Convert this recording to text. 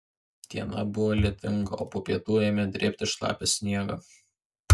diena buvo lietinga o po pietų ėmė drėbti šlapią sniegą